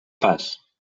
pas